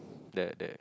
the the